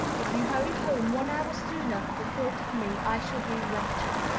if you hurry home one hour sooner for the thought of me, i shall be wretched.